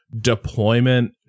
deployment